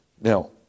Now